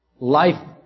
Life